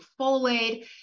folate